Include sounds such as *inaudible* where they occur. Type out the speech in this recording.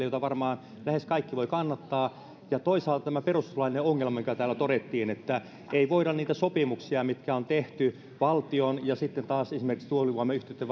*unintelligible* joita varmaan lähes kaikki voivat kannattaa ja toisaalta tämä perustuslaillinen ongelma mikä täällä todettiin että ei voida niitä sopimuksia mitkä on tehty valtion ja sitten taas esimerkiksi tuulivoimayhtiöitten *unintelligible*